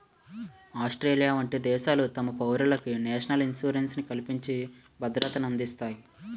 Australia వంట దేశాలు తమ పౌరులకు నేషనల్ ఇన్సూరెన్స్ ని కల్పించి భద్రతనందిస్తాయి